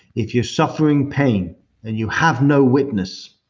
if you're suffering pain and you have no witness,